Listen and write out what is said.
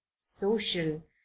social